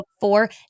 four